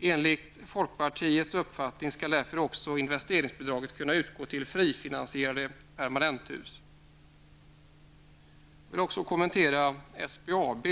Enligt folkpartiets uppfattning skall därför också investeringsbidraget kunna utgå till frifinansierade permanenthus. Jag vill också kommentera SBAB.